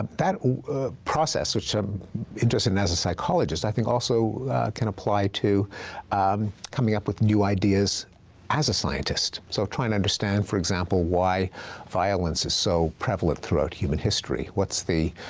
that process, which i'm interested in as a psychologist, i think also can apply to coming up with new ideas as a scientist. so trying to understand, for example, why violence is so prevalent throughout human history. what's the